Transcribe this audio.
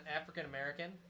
African-American